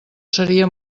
seria